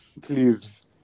Please